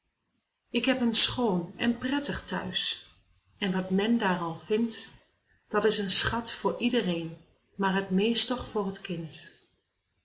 ik heb een schoon een prettig thuis en wat men daar al vindt dat is een schat voor iedereen maar t meest toch voor het kind